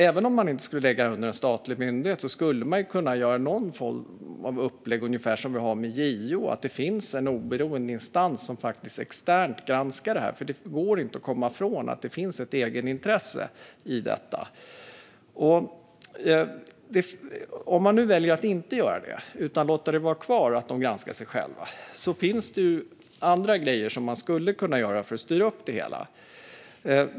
Även om man inte skulle lägga det under en statlig myndighet skulle man kunna göra någon form av upplägg, ungefär som med JO. Då finns det en oberoende instans som externt granskar detta. Det går inte att komma ifrån att det finns ett egenintresse. Om man väljer att fortsätta låta dem granska sig själva finns det sådant man kan göra för att styra upp det hela.